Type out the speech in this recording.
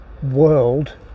world